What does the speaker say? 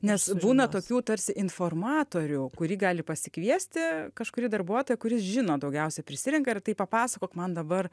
nes būna tokių tarsi informatorių kurį gali pasikviesti kažkurį darbuotoją kuris žino daugiausiai prisirenka ir tai papasakok man dabar